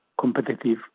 competitive